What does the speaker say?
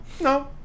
no